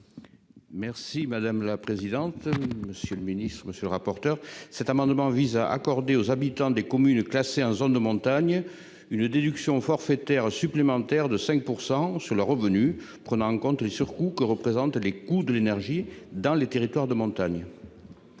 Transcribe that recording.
Anglars, pour présenter l'amendement n° 5 rectifié. Cet amendement vise à accorder aux habitants des communes classées en zone de montagne une déduction forfaitaire supplémentaire de 5 % sur leurs revenus, prenant en compte les surcoûts que représentent les coûts de l'énergie dans les territoires de montagne.